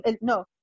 No